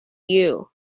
you